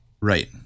Right